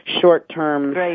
short-term